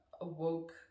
awoke